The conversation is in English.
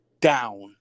down